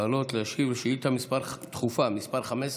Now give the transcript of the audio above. לעלות ולהשיב על שאילתה דחופה מס' 15,